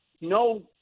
no